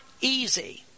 easy